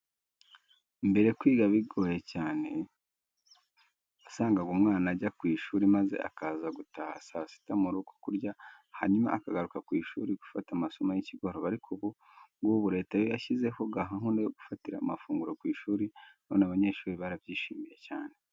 Mbere kwiga bikigoye cyane, wasangaga umwana ajya ku ishuri maze akaza gutaha saa sita mu rugo kurya, hanyuma akagaruka ku ishuri gufata amasomo y'ikigoroba ariko ubu ngubu Leta yashyizeho gahunda yo gufatira amafunguro ku ishuri, none abanyeshuri barabyishimiye cyane.